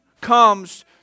comes